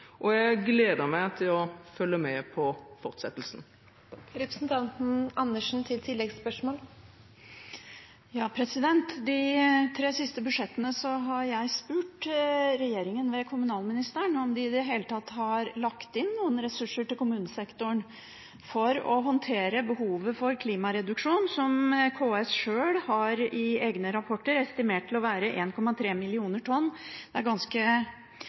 og jeg gleder meg til å følge med på fortsettelsen. I forbindelse med de tre siste budsjettene har jeg spurt regjeringen ved kommunalministeren om de i det hele tatt har lagt inn noen ressurser til kommunesektoren for å håndtere behovet for klimagassreduksjon, som KS sjøl i egne rapporter har estimert til å være 1,3 millioner tonn. Det er ganske